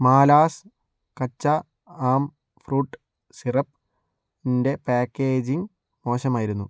malas കച്ച ആം fruit സിറപ്പിന്റെ പാക്കേജിംഗ് മോശമായിരുന്നു